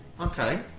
Okay